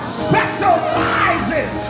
specializes